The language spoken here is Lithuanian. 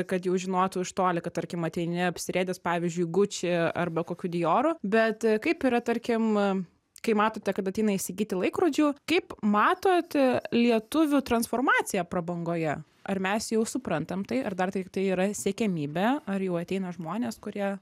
kad jau žinotų iš toli kad tarkim ateini apsirėdęs pavyzdžiui gucci arba kokiu dioru bet kaip yra tarkim kai matote kad ateina įsigyti laikrodžių kaip matot lietuvių transformaciją prabangoje ar mes jau suprantam tai ar dar tai tai yra siekiamybė ar jau ateina žmonės kurie